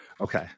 Okay